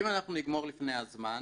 אם נגמור לפני הזמן,